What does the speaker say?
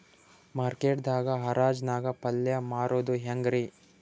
Market ದಾಗ್ ಹರಾಜ್ ನಾಗ್ ಪಲ್ಯ ಮಾರುದು ಹ್ಯಾಂಗ್ ರಿ?